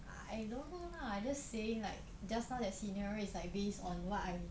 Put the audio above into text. I don't know lah I'm just saying like just now that scenario is like based on what I